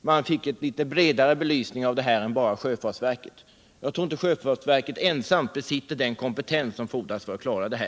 man fick en litet bredare belysning av problemen än den som kan ges om bara sjöfartsverket är inblandat. Jag tror inte att sjöfartsverket ensamt besitter den kompetens som fordras för att klara av detta.